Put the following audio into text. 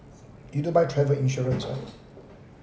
you do buy travel insurance ah